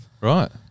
Right